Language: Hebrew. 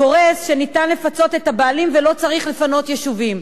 גורס שניתן לפצות את הבעלים ולא צריך לפנות יישובים.